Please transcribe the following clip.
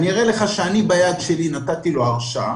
ואני אראה לך שאני ביד שלי נתתי לו הרשאה